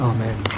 Amen